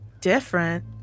different